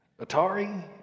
Atari